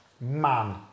Man